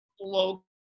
local